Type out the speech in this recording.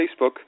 Facebook